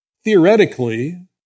theoretically